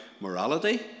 morality